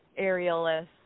aerialists